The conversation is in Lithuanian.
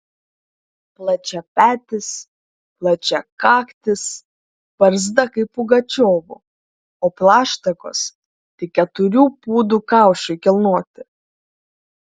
plačiapetis plačiakaktis barzda kaip pugačiovo o plaštakos tik keturių pūdų kaušui kilnoti